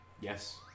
Yes